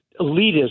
elitism